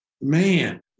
man